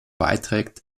beiträgt